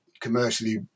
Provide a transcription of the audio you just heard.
commercially